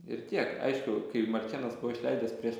ir tiek aišku kai marčėnas buvo išleidęs prieš